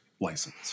license